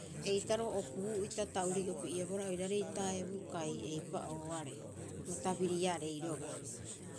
eitaroo okuu'ita ta urii'opi'ebohara oiraarei taebu kai eipa'ooare. Bo tabiriarei roga'a.